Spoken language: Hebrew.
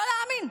לא להאמין.